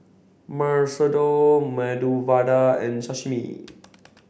Masoor Dal Medu Vada and Sashimi